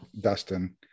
Dustin